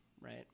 Right